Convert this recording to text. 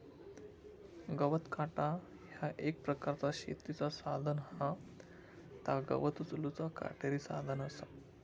गवत काटा ह्या एक प्रकारचा शेतीचा साधन हा ता गवत उचलूचा काटेरी साधन असा